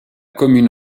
commune